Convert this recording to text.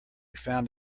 found